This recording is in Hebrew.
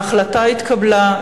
ההחלטה התקבלה,